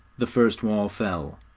the first wall fell,